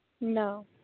No